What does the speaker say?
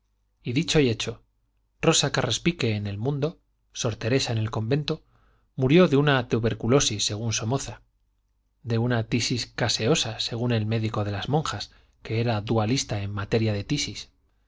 y dicho y hecho rosa carraspique en el mundo sor teresa en el convento murió de una tuberculosis según somoza de una tisis caseosa según el médico de las monjas que era dualista en materia de tisis